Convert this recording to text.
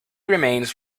remains